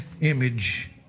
image